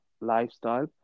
lifestyle